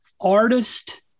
artist